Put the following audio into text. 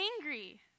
angry